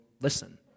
listen